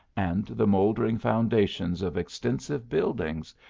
and the mouldering foun dations of extensive buildings,